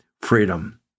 freedom